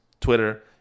Twitter